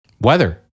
weather